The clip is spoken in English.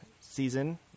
season